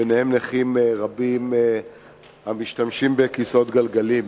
ביניהם נכים רבים המשתמשים בכיסאות גלגלים.